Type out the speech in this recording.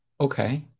Okay